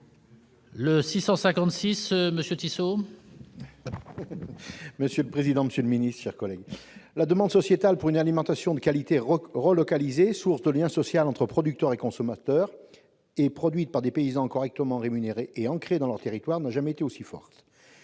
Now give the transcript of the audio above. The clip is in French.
est ainsi libellé : La parole est à M. Jean-Claude Tissot. La demande sociétale pour une alimentation de qualité relocalisée, source de lien social entre producteurs et consommateurs, et produite par des paysans correctement rémunérés et ancrés dans leurs territoires n'a jamais été aussi forte.